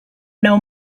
know